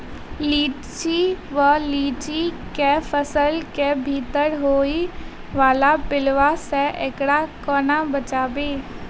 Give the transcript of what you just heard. लिच्ची वा लीची केँ फल केँ भीतर होइ वला पिलुआ सऽ एकरा कोना बचाबी?